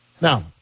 Now